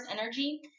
energy